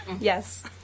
Yes